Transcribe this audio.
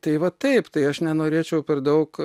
tai va taip tai aš nenorėčiau per daug